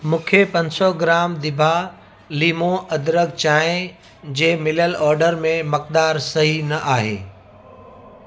मूंखे पंज सौ ग्राम दिभा लीमूं अदरक चांहि जे मिलियल ऑडर में मकदारु सही न आहे